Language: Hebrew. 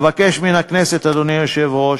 אבקש מן הכנסת, אדוני היושב-ראש,